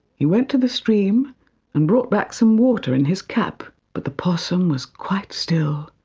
he went to the stream and brought back some water in his cap, but the possum was quite still,